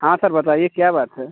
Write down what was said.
हाँ सर बताइए क्या बात है